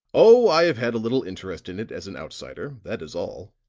oh, i have had a little interest in it as an outsider, that is all,